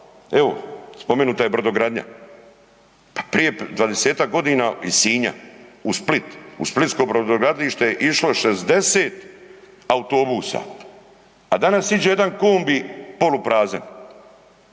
evo spomenuta je brodogradnja, pa prije 20-ak godina iz Sinja u Split u Splitsko brodogradilište je išlo 60 autobusa, a danas iđe jedan kombi poluprazan.